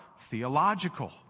theological